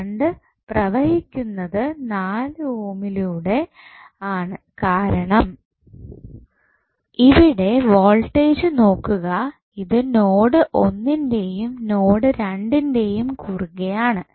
current പ്രവഹിക്കുന്നത് നാല് ഓമിലൂടെ ആണ് കാരണം ഇവിടെ വോൾട്ടേജ് നോക്കുക ഇത് നോഡ് ഒന്നിന്റെയും നോഡ് രണ്ടിന്റെയും കുറുകെ ആണ്